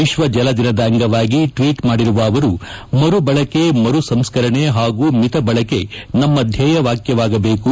ವಿಶ್ವ ಜಲದಿನದ ಅಂಗವಾಗಿ ಟ್ವೀಟ್ ಮಾಡಿರುವ ಅವರು ಮರುಬಳಕೆ ಮರು ಸಂಸ್ಕರಣೆ ಹಾಗೂ ಮಿತಬಳಕೆ ನಮ್ನ ಧ್ವೇಯವಾಕ್ಷವಾಗಬೇಕು